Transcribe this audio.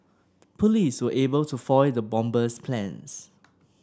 police were able to foil the bomber's plans